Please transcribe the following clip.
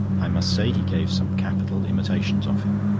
i must say he gave some capital imitations of him.